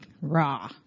raw